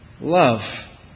Love